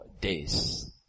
days